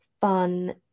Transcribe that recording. fun